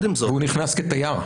והוא נכנס כתייר?